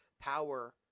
power